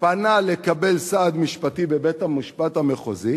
פנה לקבל סעד משפטי בבית-המשפט המחוזי